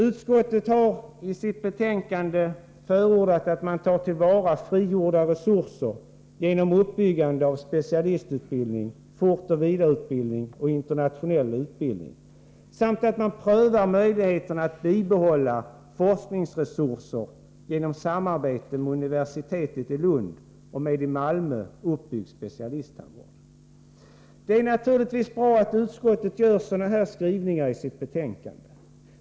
Utskottet har i sitt betänkande förordat att man tar till vara frigjorda resurser genom uppbyggande av specialistutbildning, fortoch vidareutbildning och internationell utbildning samt att man prövar möjligheterna att bibehålla forskningsresurser genom samarbete med universitetet i Lund och med i Malmö uppbyggd specialisttandvård. Det är naturligtvis bra att utskottet gör sådana skrivningar i sitt betänkande.